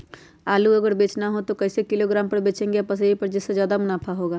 आलू अगर बेचना हो तो हम उससे किलोग्राम पर बचेंगे या पसेरी पर जिससे ज्यादा मुनाफा होगा?